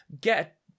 Get